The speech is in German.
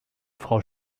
frau